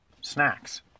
snacks